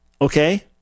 Okay